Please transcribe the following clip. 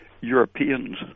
Europeans